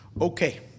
Okay